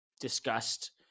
discussed